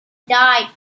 died